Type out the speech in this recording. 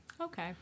Okay